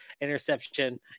interception